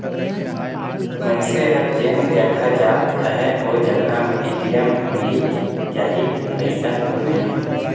मइनसे हर जेन जघा जात अहे ओ जघा में ए.टी.एम मिलिच जाही अइसन तो नइ हे